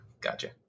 gotcha